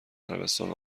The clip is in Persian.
عربستان